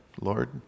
Lord